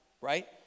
right